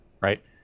right